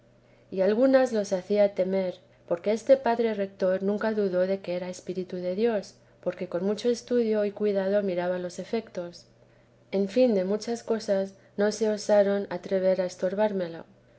y algunas los hacía temer porque este padre retor nunca dudó en que era espíritu de dios porque con mucho estudio y cuidado miraba todos los efectos en fin de muchas cosas no se osaron atrever a estorbármelo